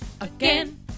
again